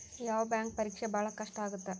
ಯಾವ್ ಬ್ಯಾಂಕ್ ಪರೇಕ್ಷೆ ಭಾಳ್ ಕಷ್ಟ ಆಗತ್ತಾ?